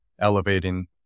elevating